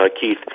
Keith